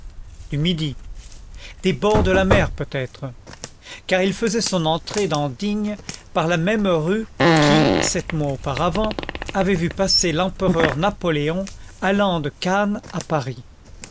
du midi des bords de la mer peut-être car il faisait son entrée dans digne par la même rue qui sept mois auparavant avait vu passer l'empereur napoléon allant de cannes à paris